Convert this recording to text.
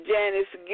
Janice